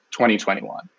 2021